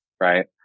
right